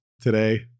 today